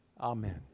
Amen